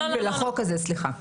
של החוק הזה, סליחה.